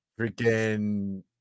Freaking